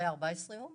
זה היה 14 יום.